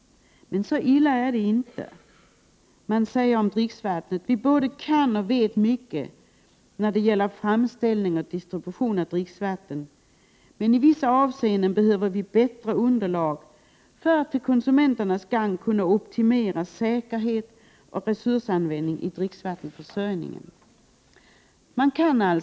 Så illa är det naturligtvis inte. Vi både kan och vet mycket när det gäller framställning och distribution av dricksvatten. Men i vissa avseenden behöver vi bättre underlag för att till konsumenternas gagn kunna optimera säkerhet och resursanvändning i dricksvattenförsörjningen.” Herr talman!